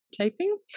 taping